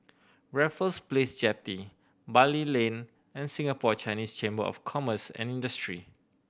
Raffles Place Jetty Bali Lane and Singapore Chinese Chamber of Commerce and Industry